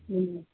ہوں